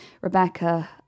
Rebecca